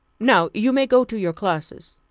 now you may go to your classes.